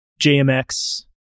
JMX